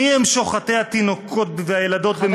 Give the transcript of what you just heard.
מי הם שוחטי התינוקות והילדות במיטותיהן?